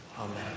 Amen